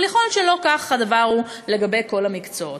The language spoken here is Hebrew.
אבל יכול להיות שלא כך הדבר לגבי כל המקצועות.